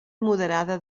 moderada